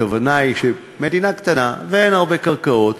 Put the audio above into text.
הכוונה היא שהמדינה קטנה ואין הרבה קרקעות,